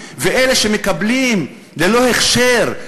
ואלה שמקבלים ללא הכשר,